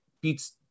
beats